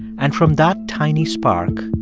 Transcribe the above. and from that tiny spark,